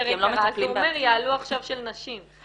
יותר יקרה זה אומר יעלו עכשיו של נשים.